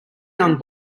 young